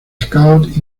scout